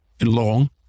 long